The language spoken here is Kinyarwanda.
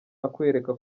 akwereka